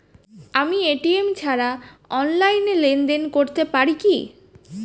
আমি এ.টি.এম ছাড়া অনলাইনে লেনদেন করতে পারি কি?